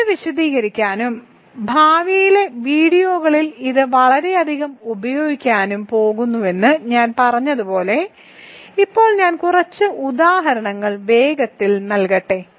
ഇത് വിശദീകരിക്കാനും ഭാവിയിലെ വീഡിയോകളിൽ ഇത് വളരെയധികം ഉപയോഗിക്കാനും പോകുന്നുവെന്ന് ഞാൻ പറഞ്ഞതുപോലെ ഇപ്പോൾ ഞാൻ കുറച്ച് ഉദാഹരണങ്ങൾ വേഗത്തിൽ നൽകട്ടെ